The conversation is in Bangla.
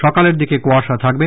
সকালের দিকে কুয়াশা থাকবে